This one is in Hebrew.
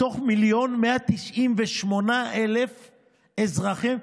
20% מתוך 1,198,800,